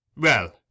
Well